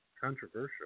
controversial